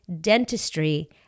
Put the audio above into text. dentistry